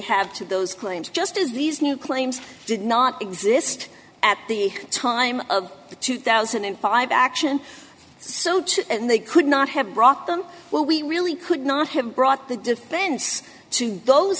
have to those claims just as these new claims did not exist at the time of the two thousand and five action so they could not have brought them well we really could not have brought the defense to those